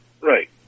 right